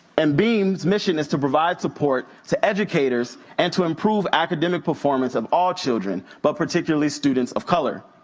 and beam's mission is to provide support to educators and to improve academic performance of all children, but particularly students of color.